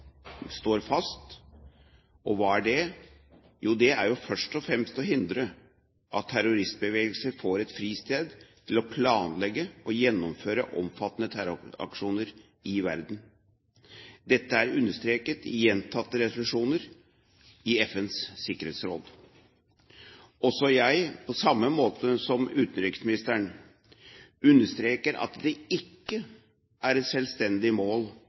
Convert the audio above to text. står fast – og hva er det? Jo, det er først og fremst å hindre at terroristbevegelser får et fristed til å planlegge og gjennomføre omfattende terroraksjoner i verden. Dette er understreket i gjentatte resolusjoner i FNs sikkerhetsråd. Også jeg, på samme måte som utenriksministeren, understreker at det ikke er et selvstendig mål